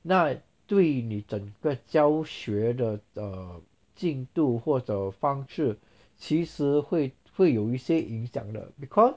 那对你整个教学的 uh 进度或者方式其实会会有一些影响的 because